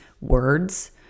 words